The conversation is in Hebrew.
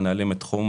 מנהל את תחום